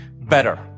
better